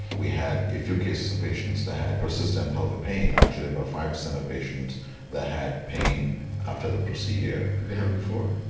we had a few cases of patients that had persistent pelvic pain, actually about five percent of patients that had pain after the procedure. did they have it before?